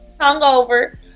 Hungover